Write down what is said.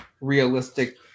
realistic